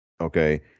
Okay